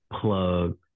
Plug